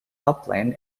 upland